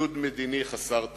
לבידוד מדיני חסר תקדים.